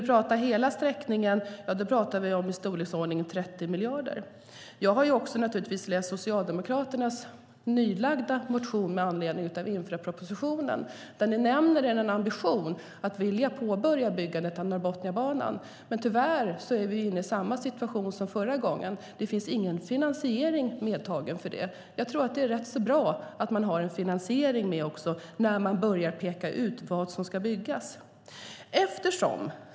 För hela sträckningen talar vi om i storleksordningen 30 miljarder. Jag har naturligtvis läst Socialdemokraternas nya motion med anledning av infrastrukturpropositionen. Där nämner ni ambitionen att påbörja byggandet av Norrbotniabanan. Det är tyvärr samma situation som förra gången: Det finns ingen finansiering för det. Jag tror att det är bra att man har en finansiering klar när man börjar peka ut vad som ska byggas.